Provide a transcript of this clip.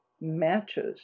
matches